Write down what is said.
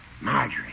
Marjorie